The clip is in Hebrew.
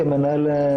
יש לכם כסף במערכת,